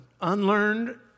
Unlearned